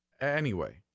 Anyway